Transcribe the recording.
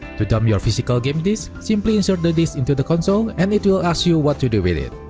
to dump your physical game disc, simply insert the disc into the console and it will ask you what to do with it.